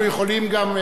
אנחנו יכולים גם,